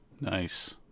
Nice